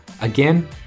again